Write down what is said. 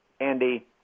Andy